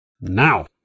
Now